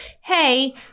hey